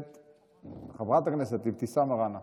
חברת הכנסת אבתיסאם מראענה.